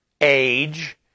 age